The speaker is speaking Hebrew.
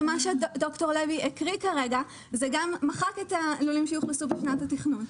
ומה שד"ר לוי הקריא כרגע מחק את הלולים שיאוכלסו בשנת התכנון.